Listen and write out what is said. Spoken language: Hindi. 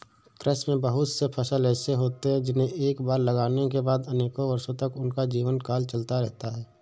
कृषि में बहुत से फसल ऐसे होते हैं जिन्हें एक बार लगाने के बाद अनेक वर्षों तक उनका जीवनकाल चलता रहता है